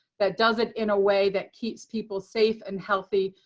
that does it in a way that keeps people safe and healthy.